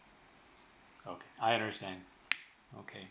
okay I understand okay